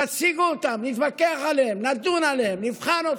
תציגו אותן, נתווכח עליהן, נדון עליהן ונבחן אותן,